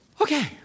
Okay